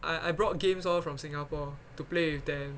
I I brought games lor from Singapore to play with them